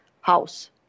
house